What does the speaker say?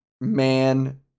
man